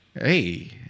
Hey